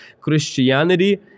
Christianity